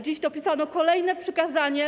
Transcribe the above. Dziś dopisano kolejne przykazanie.